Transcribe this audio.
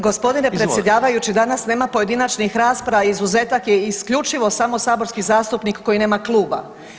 Gospodine predsjedavajući, danas nema pojedinačnih rasprava, izuzetak je isključivo samo saborski zastupnik koji nema kluba.